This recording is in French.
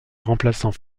remplaçants